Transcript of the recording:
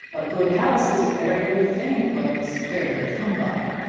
a good house is a very good thing when it's fairly come by.